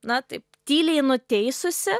na taip tyliai nuteisusi